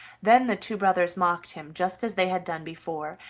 then the two brothers mocked him just as they had done before,